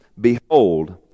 Behold